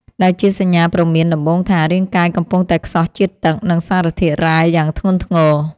ដែលជាសញ្ញាព្រមានដំបូងថា រាងកាយកំពុងតែខ្សោះជាតិទឹក និងសារធាតុរ៉ែយ៉ាងធ្ងន់ធ្ងរ។